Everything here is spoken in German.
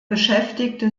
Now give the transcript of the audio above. beschäftigte